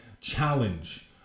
Challenge